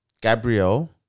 Gabriel